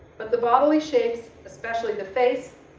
but the bodily shapes, especially the face,